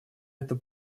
это